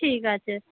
ঠিক আছে